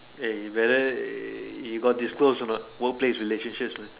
eh you better eh you got disclose or not workplace relationships man